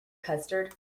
custard